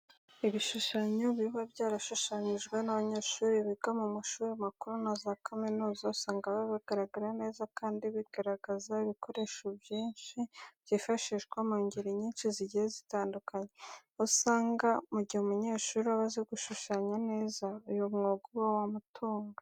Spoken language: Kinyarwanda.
Ibishushanyo biba byarashushanyijwe n'abanyeshuri biga mu mashuri makuru na za kaminuza, usanga biba bigaragara neza kandi bigaragaza ibikoresho byinshi byifashishwa mu ngeri nyinshi zigiye zitandukanye. Aho usanga mu gihe umunyeshuri aba azi gushushanya neza, uyu mwuga uba wamutunga.